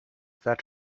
that